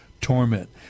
torment